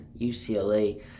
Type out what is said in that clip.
UCLA